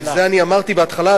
בשביל זה אמרתי בהתחלה,